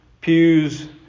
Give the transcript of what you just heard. pews